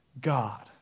God